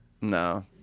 No